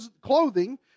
clothing